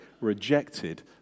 rejected